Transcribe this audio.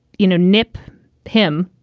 you know, nip him,